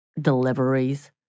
deliveries